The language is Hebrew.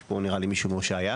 יש פה נראה לי מישהו מהושעיה.